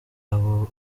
aho